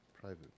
Private